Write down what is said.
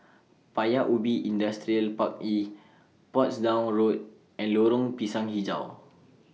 Paya Ubi Industrial Park E Portsdown Road and Lorong Pisang Hijau